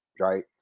right